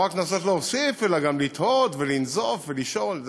לא רק לנסות להוסיף אלא גם לתהות ולנזוף ולשאול.